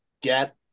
get –